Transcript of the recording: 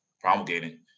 promulgating